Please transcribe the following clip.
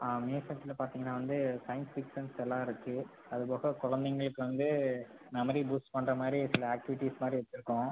ஆ மேல் செக்ஷனில் பார்த்திங்கனா வந்து சயன்டிஃபிக்ஷன்ஸ் எல்லாம் இருக்கு அது போக குழந்தைங்களுக்கு வந்து மெம்மரி பூஸ்ட் பண்ணுற மாதிரி சில ஆக்டிவிட்டீஸ் மாதிரி வச்சுருக்கோம்